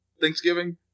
Thanksgiving